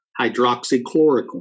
Hydroxychloroquine